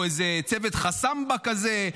או איזה צוות חסמבה כזה,